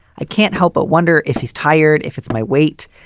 i can't help but wonder if he's tired. if it's my weight.